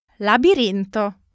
labirinto